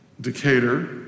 Decatur